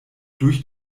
durch